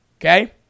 Okay